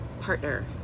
partner